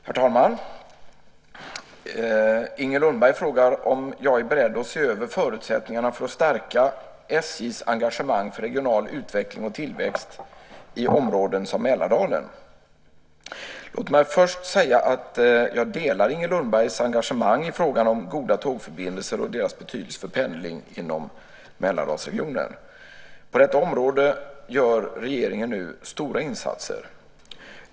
Herr talman! Inger Lundberg frågar om jag är beredd att se över förutsättningarna för att stärka SJ:s engagemang för regional utveckling och tillväxt i områden som Mälardalen. Låt mig först säga att jag delar Inger Lundbergs engagemang i frågan om goda tågförbindelser och deras betydelse för pendling inom Mälardalsregionen. På detta område gör regeringen nu stora insatser.